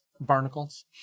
Barnacles